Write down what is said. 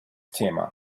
thema